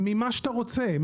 ממה שאתה רוצה,